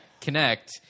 connect